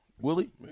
Willie